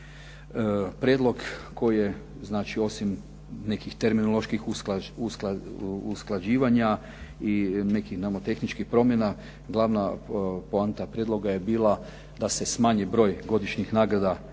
Prijedlog koji je, znači osim nekih terminoloških usklađivanja i nekih nomotehničkih promjena, glavna poanta prijedloga je bila da se smanji broj godišnjih nagrada